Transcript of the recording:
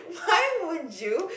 why would you